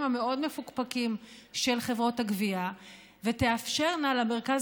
המאוד-מפוקפקים של חברות הגבייה ותאפשרנה למרכז